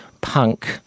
punk